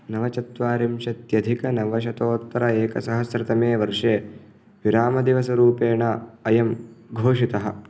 नवचत्वारिंशत्यधिकनवशतोत्तर एकसहस्रतमे वर्षे विरामदिवसरूपेण अयं घोषितः